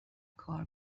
کار